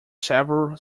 several